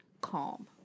calm